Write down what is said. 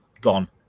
gone